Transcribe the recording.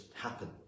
happen